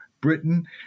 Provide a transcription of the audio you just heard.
Britain